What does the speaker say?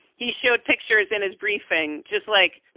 he showed pictures and his briefing, just like,